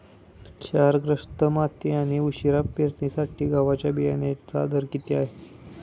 क्षारग्रस्त माती आणि उशिरा पेरणीसाठी गव्हाच्या बियाण्यांचा दर किती?